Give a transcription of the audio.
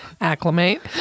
Acclimate